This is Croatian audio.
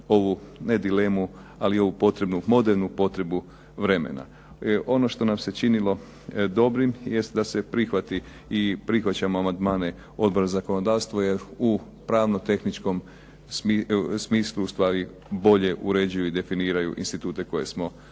ovu ne dilemu ali ovu potrebu, modernu potrebu vremena. Ono što nam se činilo dobrim jest da se prihvati i prihvaćamo amandmane Odbora za zakonodavstvo jer u pravno tehničkom smislu ustvari bolje uređuju i definiraju institute koje smo uredili.